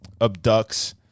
abducts